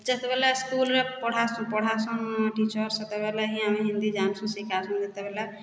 ଯେତେବେଲେ ସ୍କୁଲ୍ରେ ପଢ଼ାସନ୍ ଟିଚର୍ ସେତେବେଲେ ହିଁ ଆମେ ହିନ୍ଦୀ ଜାନ୍ସୁଁ ଶିଖାସନ୍ ଯେତେବେଲେ